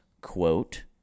quote